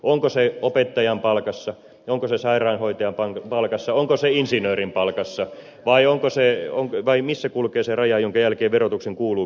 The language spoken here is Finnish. onko se opettajan palkassa onko se sairaanhoitajan palkassa onko se insinöörin palkassa vai onko se on työ tai missä kulkee se raja jonka jälkeen verotuksen kuuluu kiristyä